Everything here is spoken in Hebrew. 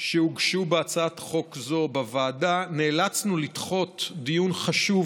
שהוגשו בהצעת חוק זו בוועדה נאלצנו לדחות למועד אחר דיון חשוב